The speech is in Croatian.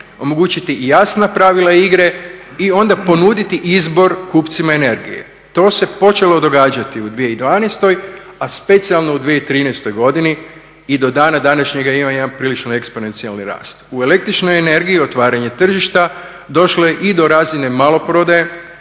omogućiti i jasna pravila igre i onda ponuditi izbor kupcima energije. To se počelo događati u 2012. a specijalno u 2013. godini i do dana današnjega ima jedan prilično eksponencijalni rast. U električnoj energiji otvaranje tržišta, došlo je i do razine maloprodaje.